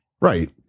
Right